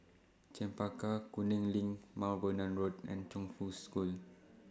Chempaka Kuning LINK Mount Vernon Road and Chongfu School